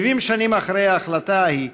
70 שנים אחרי ההחלטה ההיא,